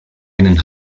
einen